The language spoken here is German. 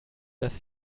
dass